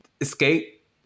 escape